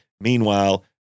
Meanwhile